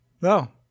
No